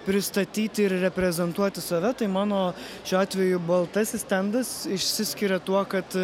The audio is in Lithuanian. pristatyti ir reprezentuoti save tai mano šiuo atveju baltasis stendas išsiskiria tuo kad